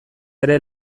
ere